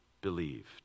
believed